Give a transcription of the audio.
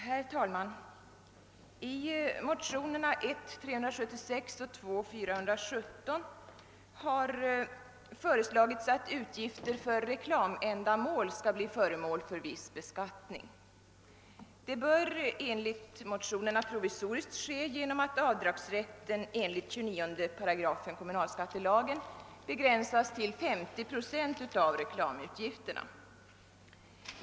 Herr talman! I de likalydande motionerna I: 376 och II: 417 har föreslagits att utgifter för reklamändamål skall bli föremål för viss beskattning. Det bör enligt motionerna ske provisoriskt genom att avdragsrätten enligt 29 8 kommunalskattelagen begränsas till 50 procent av reklamutgifterna.